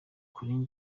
kuri